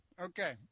Okay